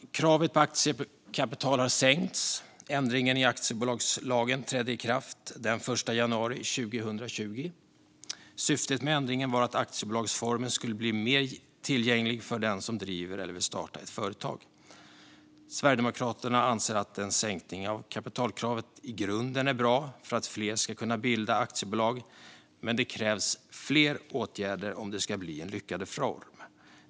Kravet på aktiekapital har sänkts. Ändringen i aktiebolagslagen trädde i kraft den 1 januari 2020. Syftet med ändringen var att aktiebolagsformen skulle blir mer tillgänglig för den som driver eller vill starta ett företag. Sverigedemokraterna anser att en sänkning av kapitalkravet i grunden är bra för att fler ska kunna bilda aktiebolag, men det krävs fler åtgärder om det ska bli en lyckad reform.